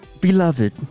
Beloved